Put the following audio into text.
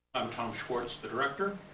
i'm tom schwartz, the director.